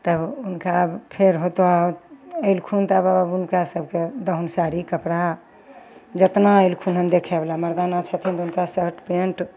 तब हुनका फेर ओतोऽ एलखुन तऽ आब हुनका सबके दहुन साड़ी कपड़ा जतना एलखुन हइ देखयवला मरदाना छथिन तऽ हुनका शर्ट पेन्ट